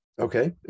Okay